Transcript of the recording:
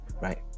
right